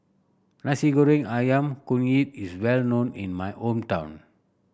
Nasi Goreng Ayam Kunyit is well known in my hometown